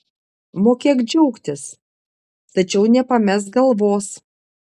mokėk džiaugtis tačiau nepamesk galvos